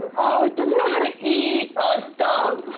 oh, it doesn't know how to eat! oh, it's dumb!